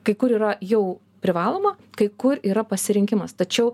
kai kur yra jau privaloma kai kur yra pasirinkimas tačiau